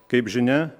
kaip žinia